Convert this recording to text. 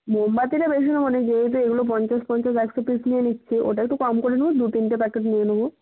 মোমবাতিটা বেশি নেব না যেহেতু এগুলো পঞ্চাশ পঞ্চাশ একশো পিস নিয়ে নিচ্ছি ওটা একটু কম করে নেব দু তিনটে প্যাকেট নিয়ে নেব